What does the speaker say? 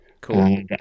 Cool